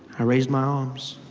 i raised my arms.